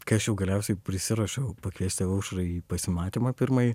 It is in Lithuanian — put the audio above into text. kai aš jau galiausiai prisiruošiau pakviesti aušrą į pasimatymą pirmąjį